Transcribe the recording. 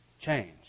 change